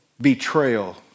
Betrayal